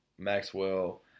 Maxwell